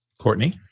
Courtney